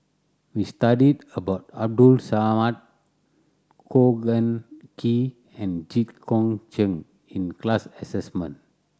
we studied about Abdul Samad Khor Ean Ghee and Jit Koon Ch'ng in class assignment